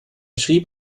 schrieb